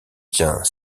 tient